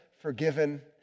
forgiven